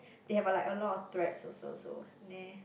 they have like a lot of threats also so nah